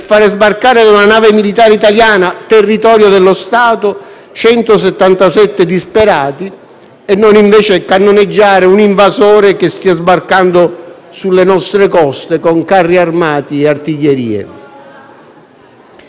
e non invece cannoneggiare un invasore che stia sbarcando sulle nostre coste con carri armati e artiglierie. I rischi connessi a un'erronea valutazione da parte del Senato sono altissimi.